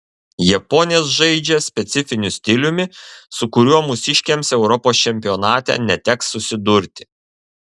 japonės žaidžia specifiniu stiliumi su kuriuo mūsiškėms europos čempionate neteks susidurti